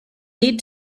need